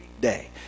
day